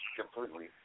completely